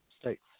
states